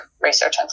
research